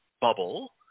bubble